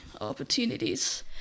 opportunities